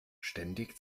ständig